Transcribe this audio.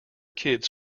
kids